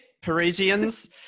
Parisians